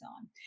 on